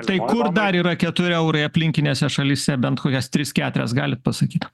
tai kur dar yra keturi eurai aplinkinėse šalyse bent kokias tris keturias galit pasakyt